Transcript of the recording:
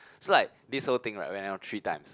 so like this whole thing like went like three times